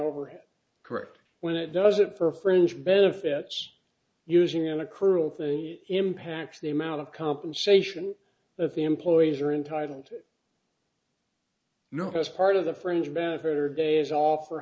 overhead correct when it does it for fringe benefits using an accrual thing impact the amount of compensation that the employees are entitled to know as part of the fringe benefit or days off or